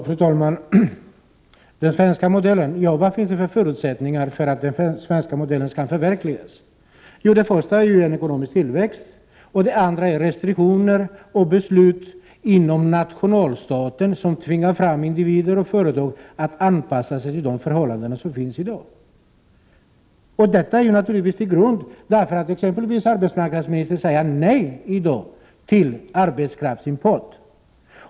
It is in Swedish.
Fru talman! Vilka förutsättningar finns det för att den svenska modellen skall förverkligas? Jo, det första är ekonomisk tillväxt, och det andra är restriktioner och beslut inom nationalstaten som tvingar individer och företag att anpassa sig till de förhållanden som råder i dag. Detta är naturligtvis en grund för arbetsmarknadsministern att säga nej till arbetskraftsimport i dag.